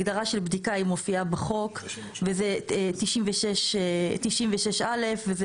הגדרה של בדיקה היא מופיעה בחוק וזה 96(א) וזה